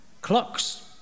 Clocks